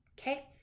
Okay